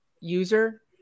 user